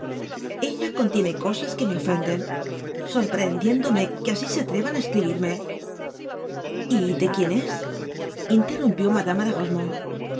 contiene cosas que me ofenden sorprehendiendome que así se atrevan á escribirme a y de quien es interrumpió madama de